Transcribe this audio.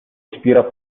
ispira